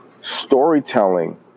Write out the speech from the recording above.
storytelling